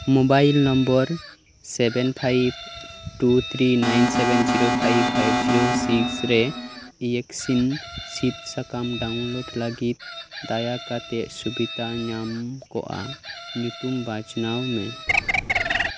mobile number seven five two three nine seven zero five five zero six ᱨᱮ ᱤᱭᱮᱠᱥᱤᱱ ᱥᱤᱫ ᱥᱟᱠᱟᱢ download ᱞᱟᱜᱤᱫ ᱫᱟᱭᱟ ᱠᱟᱛᱮᱫ ᱥᱩᱵᱤᱫᱷᱟ ᱧᱟᱢ ᱠᱚᱜᱼᱟ ᱧᱩᱛᱩᱢ ᱵᱟᱪᱷᱱᱟᱣ ᱢᱮ